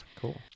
cool